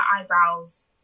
eyebrows